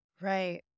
Right